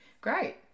Great